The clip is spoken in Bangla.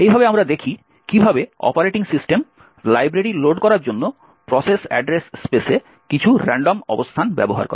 এইভাবে আমরা দেখি কিভাবে অপারেটিং সিস্টেম লাইব্রেরি লোড করার জন্য প্রসেস অ্যাড্রেস স্পেসে কিছু রান্ডম অবস্থান ব্যবহার করে